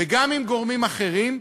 וגם עם גורמים אחרים,